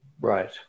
right